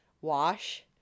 wash